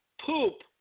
poop